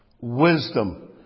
wisdom